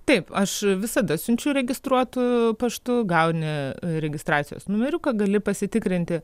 taip aš visada siunčiu registruotu paštu gauni registracijos numeriuką gali pasitikrinti